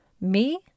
Me